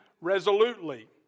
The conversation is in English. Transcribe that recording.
resolutely